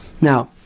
Now